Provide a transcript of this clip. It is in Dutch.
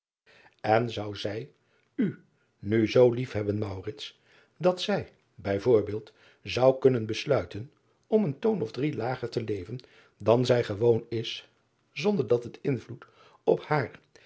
n zou zij u nu zoo liefhebben dat zij bij voorbeeld zou kunnen besluiten om een toon of drie lager te leven dan zij gewoon is zonder dat het invloed op haar